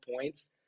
points